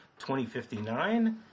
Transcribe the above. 2059